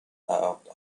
out